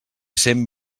cent